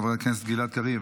חבר הכנסת גלעד קריב,